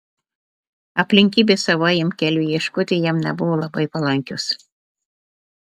aplinkybės savajam keliui ieškoti jam nebuvo labai palankios